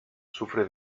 sufre